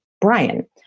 Brian